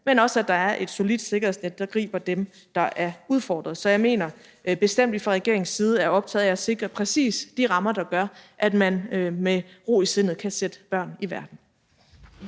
men også, at der er et solidt sikkerhedsnet, der griber dem, der er udfordret. Så jeg mener bestemt, vi fra regeringens side er optagede af at sikre præcis de rammer, der gør, at man med ro i sindet kan sætte børn i verden.